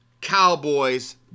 Cowboys